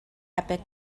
epic